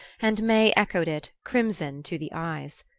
and may echoed it, crimson to the eyes.